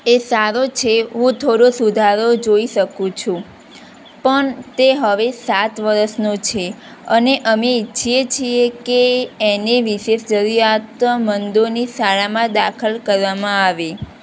એ સારો છે હું થોડો સુધારો જોઈ શકું છું પણ તે હવે સાત વર્ષનો છે અને અમે ઈચ્છીએ છીએ કે એને વિશેષ જરૂરિયાત મંદોની શાળામાં દાખલ કરવામાં આવે